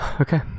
Okay